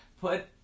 put